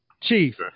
Chief